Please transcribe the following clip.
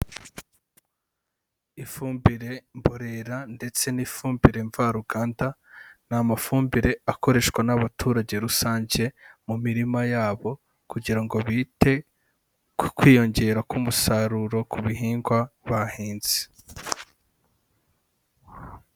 Ifumbire mborera ndetse n'ifumbire mvaruganda, ni amafumbire akoreshwa n'abaturage rusange mu mirima yabo kugira ngo bite ku kwiyongera k'umusaruro ku bihingwa bahinze.